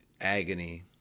agony